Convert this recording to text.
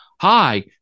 Hi